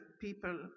people